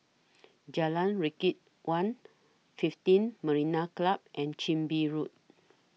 Jalan Rakit one fifteen Marina Club and Chin Bee Road